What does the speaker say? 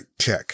check